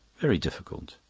very difficult.